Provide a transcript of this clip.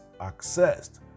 accessed